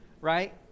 right